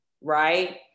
right